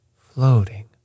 floating